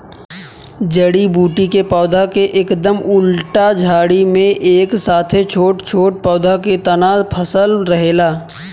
जड़ी बूटी के पौधा के एकदम उल्टा झाड़ी में एक साथे छोट छोट पौधा के तना फसल रहेला